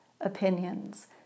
opinions